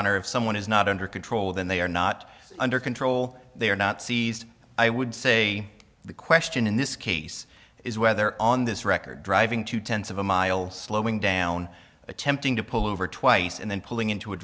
honor if someone is not under control then they are not under control they are not seized i would say the question in this case is whether on this record driving two tenths of a mile slowing down attempting to pull over twice and then pulling into a